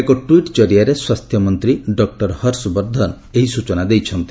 ଏକ ଟ୍ୱିଟ୍ ଜରିଆରେ ସ୍ୱାସ୍ଥ୍ୟମନ୍ତ୍ରୀ ଡକ୍କର ହର୍ଷ ବର୍ଦ୍ଧନ ଏହି ସୂଚନା ଦେଇଛନ୍ତି